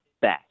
best